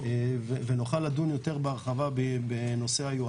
ונוכל לדון יותר בהרחבה בנושא היועצים.